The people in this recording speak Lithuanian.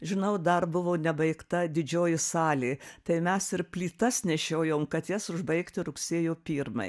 žinau dar buvo nebaigta didžioji salė tai mes ir plytas nešiojom kad jas užbaigti rugsėjo pirmai